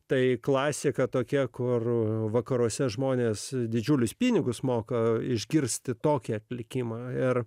tai klasika tokia kur vakaruose žmonės didžiulius pinigus moka išgirsti tokią likimą ir